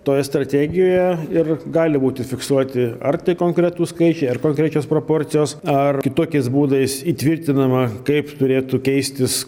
toje strategijoje ir gali būti fiksuoti ar tai konkretūs skaičiai ar konkrečios proporcijos ar kitokiais būdais įtvirtinama kaip turėtų keistis